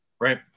right